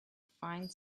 find